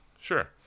Sure